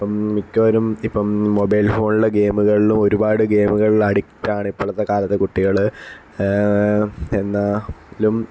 ഇപ്പോൾ മിക്കവരും ഇപ്പം മൊബൈല് ഫോണിലെ ഗെയിമുകളിലും ഒരുപാട് ഗെയിമുകളില് അഡിക്റ്റ് ആണ് ഇപ്പോഴത്തെ കാലത്തെ കുട്ടികൾ എന്നാലും